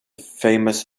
famous